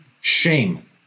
shame